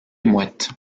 mouettes